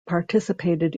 participated